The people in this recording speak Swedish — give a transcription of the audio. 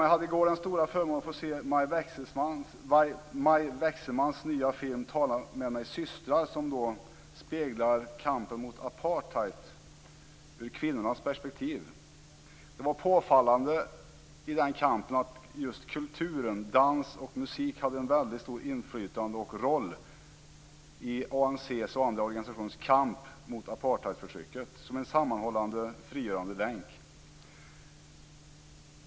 Jag hade i går den stora förmånen att få se Maj Wechselmanns nya film Tala med mig systrar som speglar kampen mot apartheid ur kvinnornas perspektiv. I den kampen var det påfallande att just kulturen, dans och musik, hade ett väldigt stort inflytande och en stor roll i ANC:s och andra organisationers kamp mot apartheidförtrycket som en sammanhållande frigörande länk.